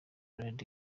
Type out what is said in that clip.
lady